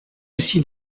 aussi